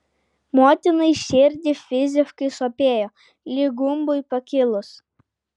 motinai širdį fiziškai sopėjo lyg gumbui pakilus